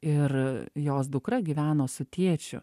ir jos dukra gyveno su tėčiu